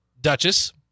Duchess